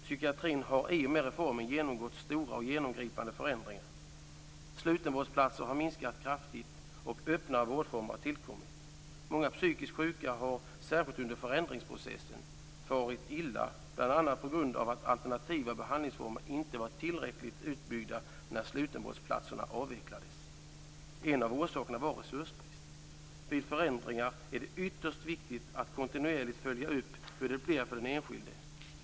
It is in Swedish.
Psykiatrin har i och med reformen genomgått stora och genomgripande förändringar. Antalet slutenvårdsplatser har minskat kraftigt, och öppna vårdformer har tillkommit. Många psykiskt sjuka har särskilt under förändringsprocessen farit illa, bl.a. på grund av att alternativa behandlingsformer inte var tillräckligt utbyggda när slutenvårdsplatserna avvecklades. En av orsakerna var resursbrist. Vid förändringar är det ytterst viktigt att kontinuerligt följa upp hur det blir för den enskilde.